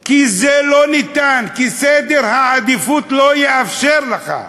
כי זה לא ניתן, כי סדר העדיפויות לא יאפשר לך.